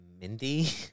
Mindy